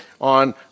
on